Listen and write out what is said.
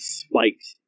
spikes